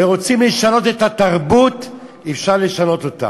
ורוצים לשנות את התרבות, אפשר לשנות אותה.